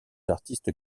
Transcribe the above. artistes